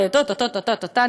וטו-ט-ט-ט-טה,